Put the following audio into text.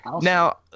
Now